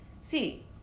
See